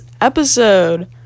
episode